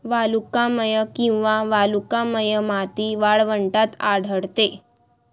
वालुकामय किंवा वालुकामय माती वाळवंटात आढळते